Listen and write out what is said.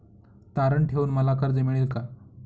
तारण ठेवून मला कर्ज मिळेल का?